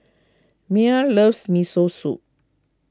Mia loves Miso Soup